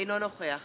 אינו נוכח